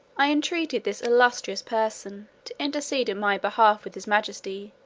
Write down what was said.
i entreated this illustrious person, to intercede in my behalf with his majesty,